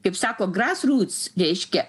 kaip sakogras rūts reiškia